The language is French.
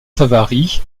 savary